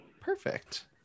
Perfect